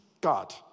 God